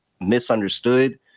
misunderstood